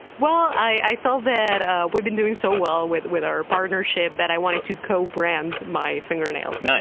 well, i felt that we've been doing so well with with our partnership that i wanted to co-brand my fingernails. yeah